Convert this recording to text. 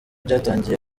cyatangiye